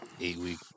eight-week